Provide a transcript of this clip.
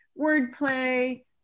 wordplay